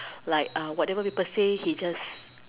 like uh whatever people say he just